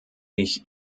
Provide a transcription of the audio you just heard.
ich